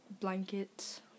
Blankets